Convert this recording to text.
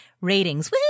ratings